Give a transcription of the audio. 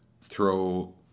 throw